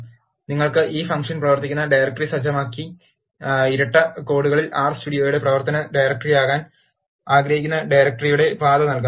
നിങ്ങൾക്ക് ഈ ഫംഗ്ഷൻ പ്രവർത്തിപ്പിക്കുന്ന ഡയറക്ടറി സജ്ജമാക്കി ഇരട്ട കോഡുകളിൽ r സ്റ്റുഡിയോയുടെ പ്രവർത്തന ഡയറക്ടറിയാകാൻ ആഗ്രഹിക്കുന്ന ഡയറക്ടറിയുടെ പാത നൽകാം